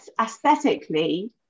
aesthetically